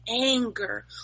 anger